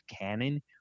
canon